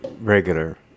regular